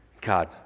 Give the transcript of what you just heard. God